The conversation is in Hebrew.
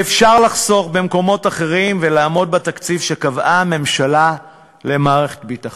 אפשר לחסוך במקומות אחרים ולעמוד בתקציב שקבעה הממשלה למערכת הביטחון.